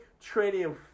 training